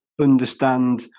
understand